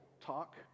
talk